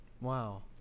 wow